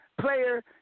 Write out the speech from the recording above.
player